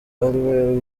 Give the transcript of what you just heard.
ariwe